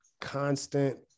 constant